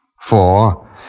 four